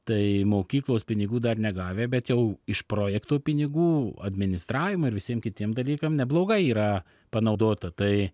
tai mokyklos pinigų dar negavę bet jau iš projektų pinigų administravimą ir visiem kitiem dalykam neblogai yra panaudota tai